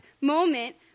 moment